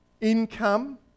income